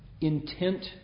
intent